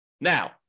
Now